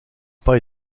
pas